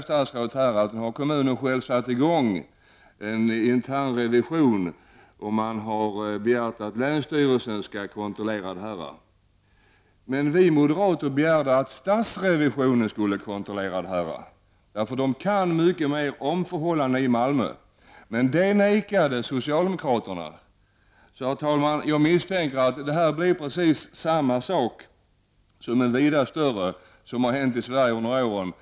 Statsrådet säger att kommunen har satt i gång en internrevision och att man har begärt att länsstyrelsen skall kontrollera uppgifterna i fråga. Men vi moderater har begärt att statsrevisionen skall göra en kontroll. Där kan man mycket mera om förhållandena i Malmö. Men socialdemokraterna har sagt nej. Jag misstänker, herr talman, att det här blir på precis samma sätt som i en annan fråga som vi har kunnat följa i Sverige under årens lopp.